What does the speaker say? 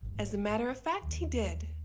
as a matter of fact he did.